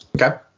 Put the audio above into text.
Okay